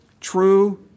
true